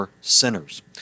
sinners